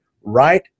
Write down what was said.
right